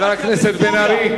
הם יכולים לעבור לדמוקרטיה בסוריה.